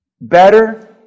Better